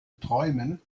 träumen